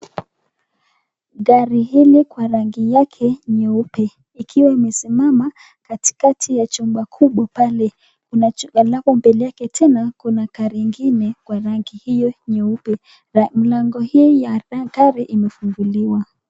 Gari hili kwa rangi yake nyeupe ikiwa imesimama katikati ya chumba kubwa pale. Alafu mbele yake tena kuna gari ingine kwa rangi hio nyeupe. Mlango hii ya gari imefunguliwa.